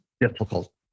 difficult